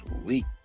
Sweet